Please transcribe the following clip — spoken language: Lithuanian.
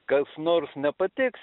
kas nors nepatiks